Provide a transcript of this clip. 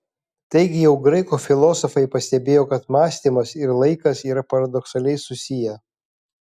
taigi jau graikų filosofai pastebėjo kad mąstymas ir laikas yra paradoksaliai susiję